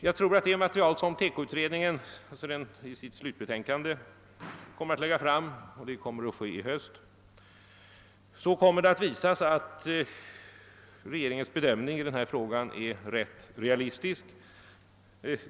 Jag tror att det material som TEKO-utredningen i sitt slutbetänkande kommer att lägga fram — det kommer att ske i höst — skall visa att regeringens bedömning av denna fråga är ganska realistisk.